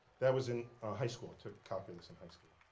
that was in ah high school, took calculus in high school.